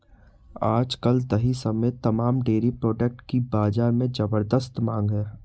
आज कल दही समेत तमाम डेरी प्रोडक्ट की बाजार में ज़बरदस्त मांग है